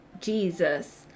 jesus